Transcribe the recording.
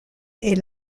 est